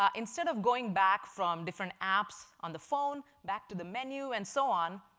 um instead of going back from different apps on the phone back to the menu and so on,